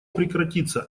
прекратиться